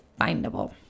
findable